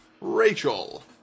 Rachel